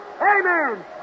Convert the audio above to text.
Amen